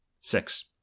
six